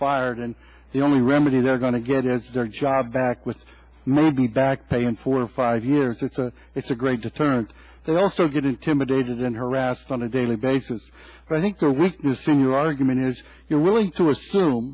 fired and the only remedy they're going to get is their job back with maybe back pay and for five years or so it's a great deterrent they also get intimidated and harassed on a daily basis i think or weakness in your argument as you're willing to assume